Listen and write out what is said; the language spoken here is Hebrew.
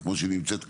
אלא כמו שהיא כרגע,